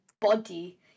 body